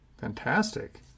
Fantastic